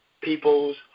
People's